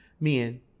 men